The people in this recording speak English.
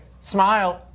smile